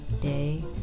day